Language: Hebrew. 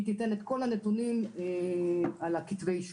היא תיתן את כל הנתונים על כתבי האישום.